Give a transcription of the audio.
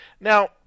Now